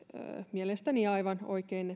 mielestäni aivan oikein